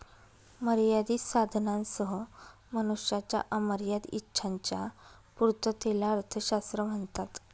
मर्यादित साधनांसह मनुष्याच्या अमर्याद इच्छांच्या पूर्ततेला अर्थशास्त्र म्हणतात